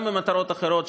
גם למטרות אחרות,